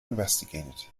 investigated